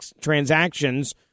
transactions